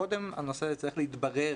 שקודם הנושא צריך להתברר.